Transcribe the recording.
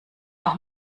auch